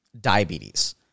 diabetes